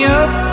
up